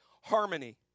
harmony